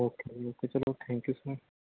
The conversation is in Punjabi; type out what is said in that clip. ਓਕੇ ਜੀ ਓਕੇ ਚਲੋ ਥੈਂਕਯੂ ਸਰ